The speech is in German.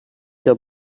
der